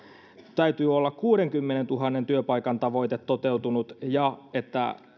täytyy olla kuudenkymmenentuhannen työpaikan tavoite toteutunut ja